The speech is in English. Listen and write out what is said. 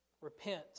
Repent